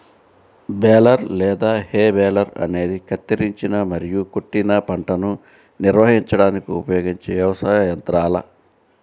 baler లేదా hay baler అనేది కత్తిరించిన మరియు కొట్టిన పంటను నిర్వహించడానికి ఉపయోగించే వ్యవసాయ యంత్రాల